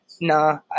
nah